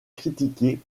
critiqués